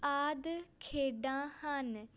ਆਦਿ ਖੇਡਾਂ ਹਨ